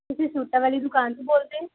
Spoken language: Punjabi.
ਤੁਸੀਂ ਸੂਟਾਂ ਵਾਲੀ ਦੁਕਾਨ ਤੋਂ ਬੋਲਦੇ